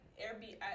Airbnb